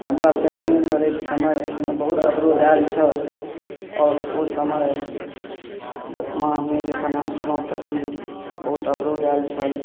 हमरा पेन्टिंग करैक समयमे बहुत अवरोध आयल छल आओर ओ समय दसमामे जखन हम छलहुॅं तखन बहुत अवरोध आयल छल